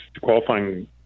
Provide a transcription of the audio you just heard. qualifying